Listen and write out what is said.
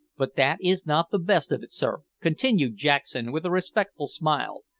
but that is not the best of it, sir, continued jackson, with a respectful smile,